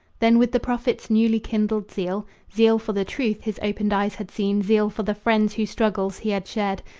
then with the prophet's newly kindled zeal, zeal for the truth his opened eyes had seen, zeal for the friends whose struggles he had shared,